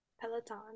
Peloton